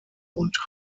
und